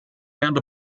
and